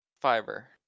fiber